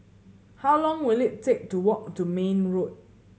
how long will it take to walk to Mayne Road